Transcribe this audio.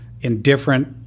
indifferent